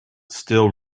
still